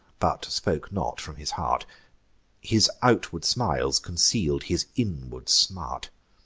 but spoke not from his heart his outward smiles conceal'd his inward smart.